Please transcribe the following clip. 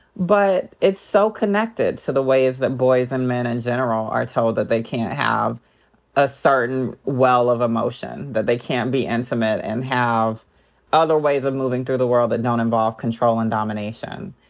but it's so connected to the ways that boys and men in general are told that they can't have a certain well of emotion, that they can't be intimate and have other ways of moving through the world that don't involve control and domination.